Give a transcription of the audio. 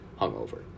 hungover